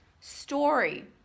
story